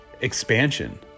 expansion